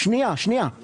לא